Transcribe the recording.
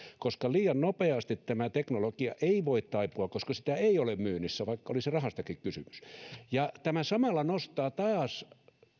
koska liian nopeasti tämä teknologia ei voi taipua koska sitä ei ole myynnissä vaikka olisi rahastakin kysymys tämä samalla nostaa taas